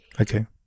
okay